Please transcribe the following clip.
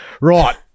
Right